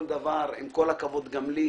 עם כל הכבוד גם לי,